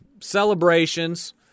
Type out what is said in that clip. celebrations